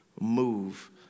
move